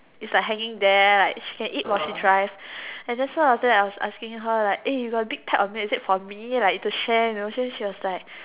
its like hanging there like she can eat while she drive and then so after that I was asking her like eh you got a big pack of snack is it like for me like to share you know then she was like